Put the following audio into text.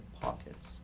pockets